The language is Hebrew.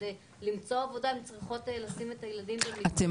כדי למצוא עבודה הן צריכות לשים את הילדים --- אתם